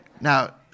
Now